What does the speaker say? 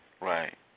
Right